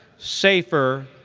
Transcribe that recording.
safer,